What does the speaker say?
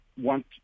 want